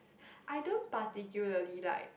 I don't particularly like